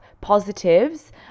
positives